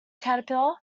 caterpillar